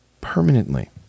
permanently